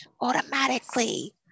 automatically